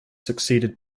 succeeded